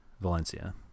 Valencia